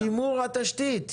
שימור התשתית.